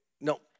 no